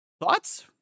Thoughts